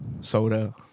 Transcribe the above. soda